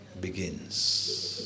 begins